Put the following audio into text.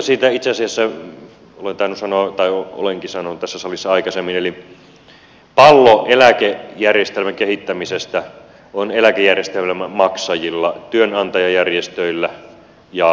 siitä itse asiassa olen tainnut sanoa tai olenkin sanonut tässä salissa aikaisemmin eli pallo eläkejärjestelmän kehittämisestä on eläkejärjestelmän maksajilla työnantajajärjestöillä ja palkansaajajärjestöillä